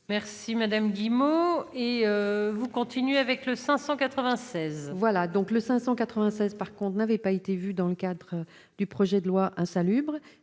Merci madame Guillemot et vous continuez avec le 596. Voilà donc le 596 par qu'on n'avait pas été vue dans le cadre du projet de loi insalubre,